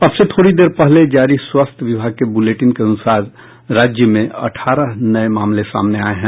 अब से थोड़ी देर पहले जारी स्वास्थ्य विभाग के बूलेटिन के अनूसार राज्य में अठारह नये मामले सामने आये हैं